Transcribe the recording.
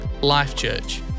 Life.Church